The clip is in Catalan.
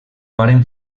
paren